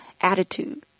attitude